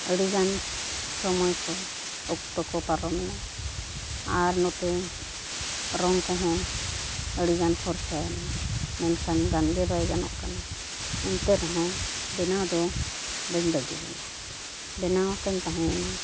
ᱟᱹᱰᱤ ᱜᱟᱱ ᱥᱚᱢᱚᱭ ᱠᱚ ᱚᱠᱛᱚ ᱠᱚ ᱯᱟᱨᱚᱢᱮᱱᱟ ᱟᱨ ᱱᱚᱛᱮ ᱨᱚᱝ ᱠᱚᱦᱚᱸ ᱟᱹᱰᱤᱜᱟᱱ ᱠᱷᱚᱨᱪᱟᱭᱮᱱᱟ ᱢᱮᱱᱠᱷᱟᱱ ᱜᱟᱱᱜᱮ ᱵᱟᱭ ᱜᱟᱱᱚᱜ ᱠᱟᱱᱟ ᱮᱱᱛᱮ ᱨᱮᱦᱚᱸ ᱵᱮᱱᱟᱣ ᱫᱚ ᱵᱟᱹᱧ ᱵᱟᱹᱜᱤ ᱞᱮᱫᱟ ᱵᱮᱱᱟᱣ ᱟᱠᱟᱫᱟᱹᱧ ᱛᱟᱦᱮᱸᱭᱮᱱᱟ